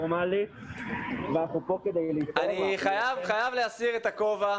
--- אני חייב להסיר את הכובע.